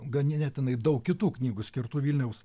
ganėtinai daug kitų knygų skirtų vilniaus